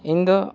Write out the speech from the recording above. ᱤᱧᱫᱚ